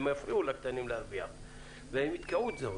והם יפריעו לקטנים להרוויח והם יתקעו את זה,